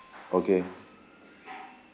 okay